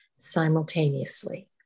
Simultaneously